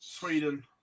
Sweden